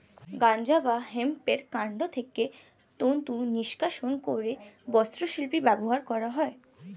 গাঁজা বা হেম্পের কান্ড থেকে তন্তু নিষ্কাশণ করে বস্ত্রশিল্পে ব্যবহার করা হয়